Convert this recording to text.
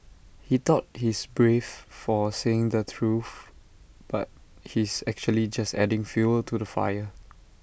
he thought he's brave for saying the truth but he's actually just adding fuel to the fire